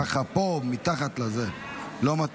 ככה, פה, מתחת לזה, לא מתאים.